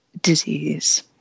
disease